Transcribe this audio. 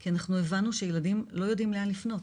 כי אנחנו הבנו שילדים לא יודעים לאן לפנות.